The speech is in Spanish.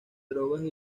drogas